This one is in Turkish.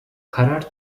karar